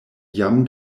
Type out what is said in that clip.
jam